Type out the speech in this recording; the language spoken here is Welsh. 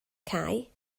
cae